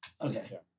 Okay